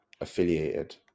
affiliated